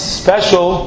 special